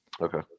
Okay